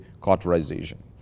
cauterization